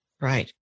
Right